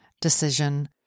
decision